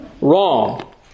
wrong